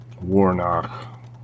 Warnock